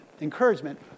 encouragement